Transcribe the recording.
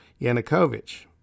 Yanukovych